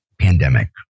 pandemic